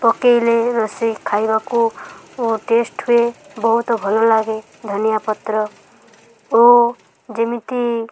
ପକେଇଲେ ରୋଷେଇ ଖାଇବାକୁ ଟେଷ୍ଟ ହୁଏ ବହୁତ ଭଲଲାଗେ ଧନିଆ ପତ୍ର ଓ ଯେମିତି